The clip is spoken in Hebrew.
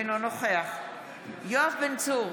אינו נוכח יואב בן צור,